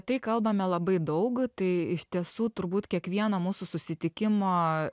tai kalbame labai daug tai iš tiesų turbūt kiekvieno mūsų susitikimo